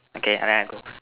okay I I go